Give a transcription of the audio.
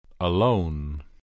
Alone